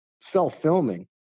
self-filming